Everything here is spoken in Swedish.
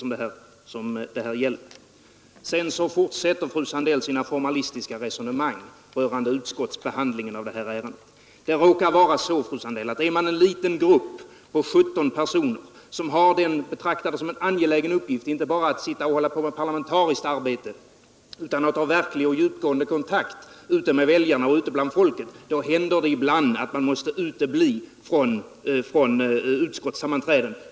Sedan fortsätter fröken Sandell sina formalistiska resonemang rörande utskottsbehandlingen av detta ärende. Är man en liten riksdagsgrupp på 17 personer, som betraktar det som en angelägen uppgift inte bara att hålla på med parlamentariskt arbete utan också att ha verkliga och djupgående kontakter med väljarna och folket, händer det ibland att man måste utebli från utskottssammanträden.